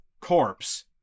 corpse